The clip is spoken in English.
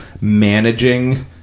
managing